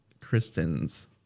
Kristen's